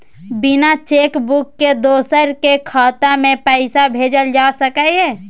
बिना cheque book के दोसर के खाता में पैसा भेजल जा सकै ये?